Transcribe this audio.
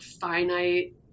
finite